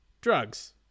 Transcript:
drugs